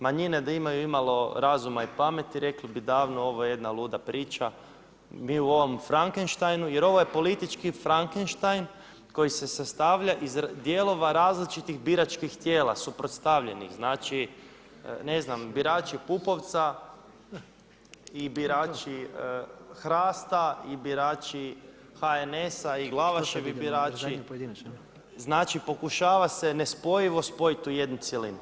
Manjine da imaju imalo razuma i pameti rekli bi davno ovo je jedna luda priča, mi u ovom Frankensteinu, jer ovo je politički Frankenstein, koji se sastavlja iz dijelova različitih biračkih tijela, suprotstavljenih, znači, ne znam birači Pupovca i birači HRAST-a i birači HNS-a i Glavaševi birači, znači pokušava se nespojivo spojit u jednu cjelinu.